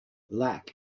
lac